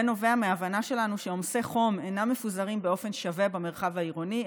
זה נובע מההבנה שלנו שעומסי חום אינם מפוזרים באופן שווה במרחב העירוני,